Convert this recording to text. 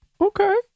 Okay